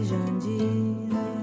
Jandira